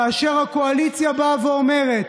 כאשר הקואליציה באה ואומרת,